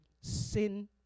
sin